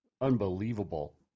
unbelievable